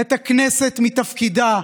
את הכנסת מתפקידה.